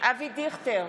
אבי דיכטר,